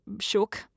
shook